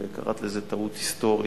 וקראת לזה טעות היסטורית.